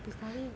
he study